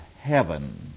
heaven